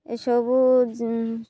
ଏସବୁ